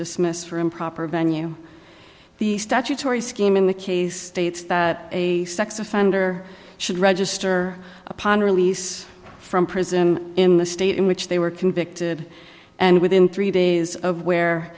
dismiss for improper venue the statutory scheme in the case states that a sex offender should register upon release from prison in the state in which they were convicted and within three days of where